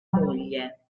moglie